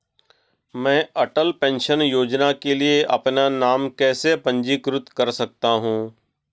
मैं अटल पेंशन योजना के लिए अपना नाम कैसे पंजीकृत कर सकता हूं?